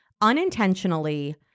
unintentionally